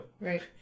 Right